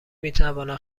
میتواند